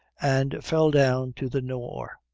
and fell down to the nore,